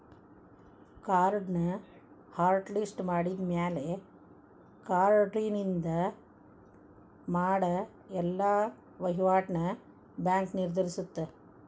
ಕಾರ್ಡ್ನ hot list ಮಾಡಿದ್ಮ್ಯಾಲೆ ಕಾರ್ಡಿನಿಂದ ಮಾಡ ಎಲ್ಲಾ ವಹಿವಾಟ್ನ ಬ್ಯಾಂಕ್ ನಿರ್ಬಂಧಿಸತ್ತ